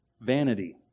vanity